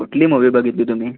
कुठली मुवी बघितली तुम्ही